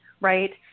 right